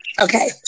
Okay